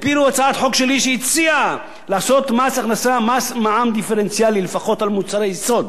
הפילו הצעת חוק שלי שהציעה לעשות מע"מ דיפרנציאלי לפחות על מוצרי יסוד,